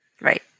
Right